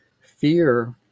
Fear